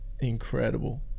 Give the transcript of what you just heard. incredible